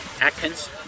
Atkins